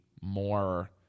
more